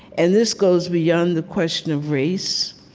and this goes beyond the question of race.